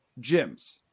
gyms